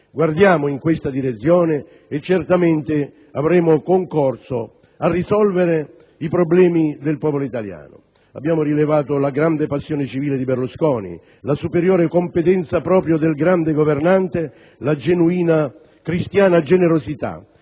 Guardiamo in questa direzione e certamente avremo concorso a risolvere i problemi del popolo italiano. Abbiamo rilevato la grande passione civile del presidente Berlusconi, la superiore competenza proprio del grande governante, la genuina cristiana generosità,